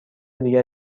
دیگر